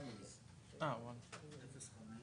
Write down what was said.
היא לא בתפקיד רשמי,